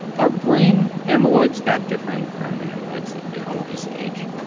are brain amyloids that different from the amyloids that make all of us age?